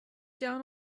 down